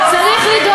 את רצינית?